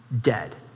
dead